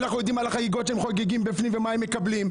אנחנו יודעים על החגיגות שהם חוגגים בפנים ומה הם מקבלים.